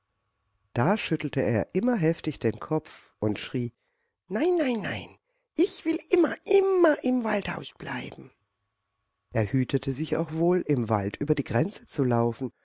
da schüttelte er immer heftig den kopf und schrie nein nein nein ich will immer immer im waldhaus bleiben er hütete sich auch wohl im wald über die grenze zu laufen